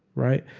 right?